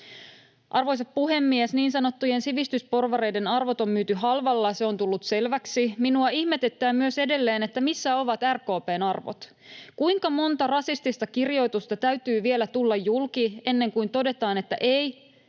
Arvoisa puhemies! Niin sanottujen sivistysporvareiden arvot on myyty halvalla. Se on tullut selväksi. Minua ihmetyttää myös edelleen, missä ovat RKP:n arvot. Kuinka monta rasistista kirjoitusta täytyy vielä tulla julki ennen kuin todetaan, että ei,